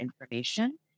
information